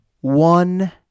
One